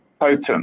Potent